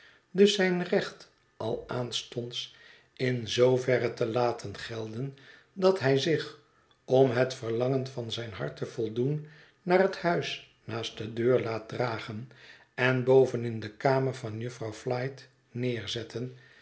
dus zijn recht al aanstonds in zooverre te laten gelden dat hij zich om het verlangen van zijn hart te voldoen naar het huis naast de deur laat dragen en boven in de kamer van jufvrouw flite neerzetten